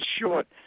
short